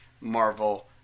Marvel